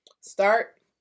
Start